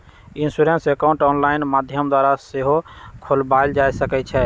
insurance account online माध्यम द्वारा सेहो खोलबायल जा सकइ छइ